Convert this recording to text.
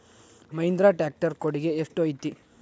Mahindra tractor ಕೊಡುಗೆ ಎಷ್ಟು ಐತಿ?